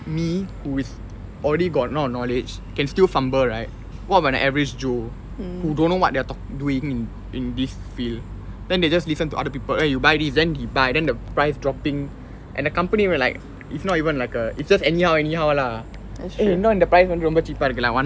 me who is already got lot of knowledge can still fumble right what about an average joe who don't know what they're talk~ doing in in this field then they just listen to other people eh you buy this then he buy then the price dropping and the company will like it's not even like a it's just anyhow anyhow lah eh இன்னும் இந்த:innum intha price வந்து ரொம்ப:vanthu romba cheap இருக்கு:irukku lah